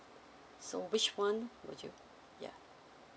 so which one would you ya